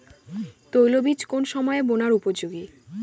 তৈলবীজ কোন সময়ে বোনার উপযোগী?